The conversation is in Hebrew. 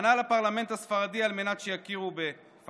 פנה לפרלמנט הספרדי על מנת שיכירו בפלסטין,